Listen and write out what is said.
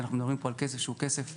אנחנו מדברים פה על כסף שהוא כסף צבוע,